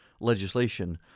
legislation